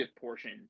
portion